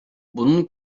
bunun